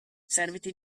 serviti